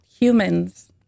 humans